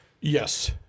Yes